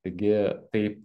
taigi taip